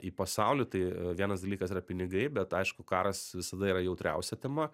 į pasaulį tai vienas dalykas yra pinigai bet aišku karas visada yra jautriausia tema